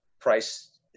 Price